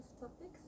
topics